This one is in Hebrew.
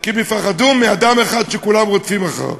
כי הם יפחדו מאדם אחד שכולם רודפים אחריו.